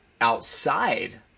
outside